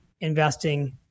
investing